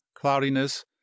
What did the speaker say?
cloudiness